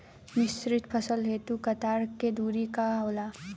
मिश्रित फसल हेतु कतार के दूरी का होला?